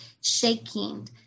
shaking